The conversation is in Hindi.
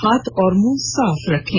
हाथ और मुंह साफ रखें